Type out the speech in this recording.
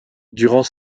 durant